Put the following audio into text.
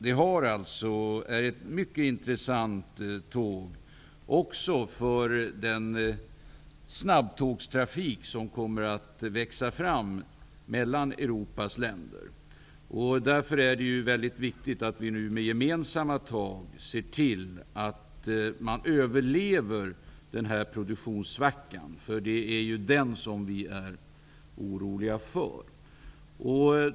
Det är ett mycket intressant tåg, också med tanke på den snabbtågstrafik som kommer att växa fram mellan Europas länder. Därför är det viktigt att vi nu gemensamt ser till att man överlever produktionssvackan. Det är ju den som vi är oroliga för.